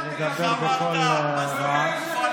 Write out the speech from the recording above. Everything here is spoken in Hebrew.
לדבר בקול רם.